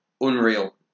unreal